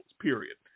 period